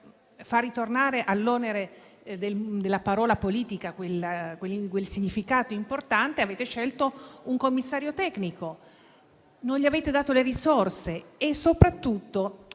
far tornare all'onere della parola politica quel significato importante, avete scelto un commissario tecnico, ma non gli avete dato le risorse e soprattutto